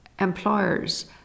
employers